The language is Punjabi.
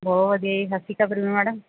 ਬਹੁਤ ਵਧੀਆ ਜੀ ਸਤਿ ਸ਼੍ਰੀ ਅਕਾਲ ਪਰਵੀਨ ਮੈਡਮ